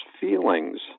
feelings